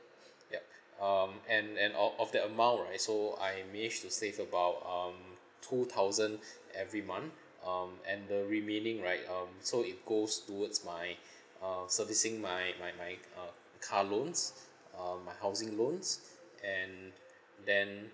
yup um and and of that amount right so I manage to save about um two thousand every month um and the remaining right um so it goes towards my uh servicing my my my uh car loans uh my housing loans and then